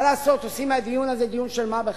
מה לעשות, עושים מהדיון הזה דיון של מה בכך,